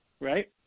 right